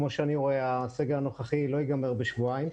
כמו שאני רואה הסגר הנוכחי לא יגמר בשבועיים,